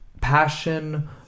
passion